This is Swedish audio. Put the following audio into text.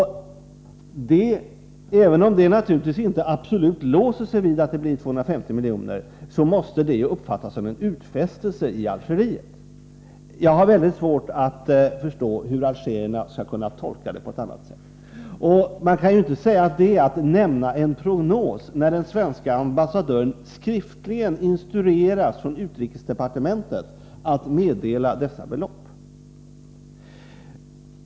Även om detta inte absolut innebär en låsning vid 250 milj.kr., måste det uppfattas som en utfästelse i Algeriet. Jag har väldigt svårt att förstå hur algerierna skulle kunna tolka det på något annat sätt. Man kan inte säga att det är att göra en prognos när den svenska ambassadören skriftligen instruerats av utrikesdepartementet att lämna meddelande om dessa belopp.